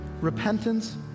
Repentance